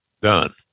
done